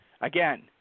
again